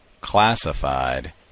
classified